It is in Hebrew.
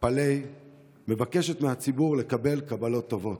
פאלי מבקשת מהציבור לקבל קבלות טובות,